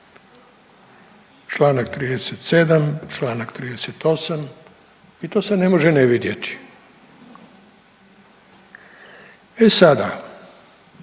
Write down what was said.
čl. 37., čl. 38. i to se ne može ne vidjeti. E sada